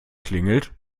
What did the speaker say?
klingelt